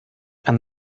and